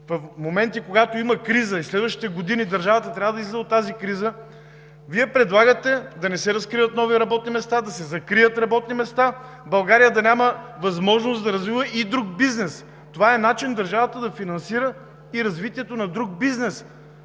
В моменти, когато има криза и когато в следващите години държавата трябва да излиза от тази криза, Вие предлагате да не се разкриват нови работни места, а да се закрият работни места, България да няма възможност да развива и друг бизнес?! Това е начин държавата да финансира и развитието на друг бизнес.